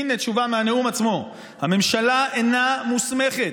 הינה תשובה מהנאום עצמו: הממשלה אינה מוסמכת,